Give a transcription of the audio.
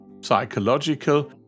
psychological